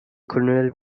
colonel